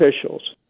officials